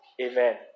Amen